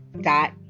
dot